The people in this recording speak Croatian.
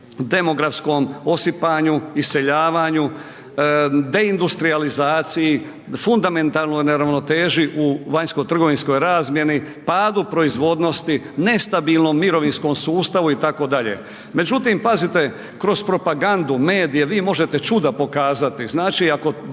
demografskom osipanju, iseljavanju, deindustrijalizaciji, fundamentalnoj neravnoteži u vanjsko trgovinskoj razmjeni, padu proizvodnosti, nestabilnom mirovinskom sustavu itd., međutim pazite kroz propagandu, medije vi možete čuda pokazati, znači ako 10-20 puta